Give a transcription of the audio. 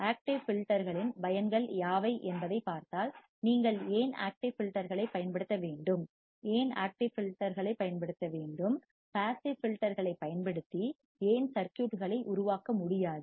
active ஃபில்டர்களின் பயன்கள் யாவை என்பதைப் பார்த்தால் நீங்கள் ஏன் ஆக்டிவ் ஃபில்டர்களைப் பயன்படுத்த வேண்டும் ஏன் ஆக்டிவ் ஃபில்டர்களைப் பயன்படுத்த வேண்டும் பாசிவ் ஃபில்டர்களைப் பயன்படுத்தி ஏன் சர்க்யூட்களை உருவாக்க முடியாது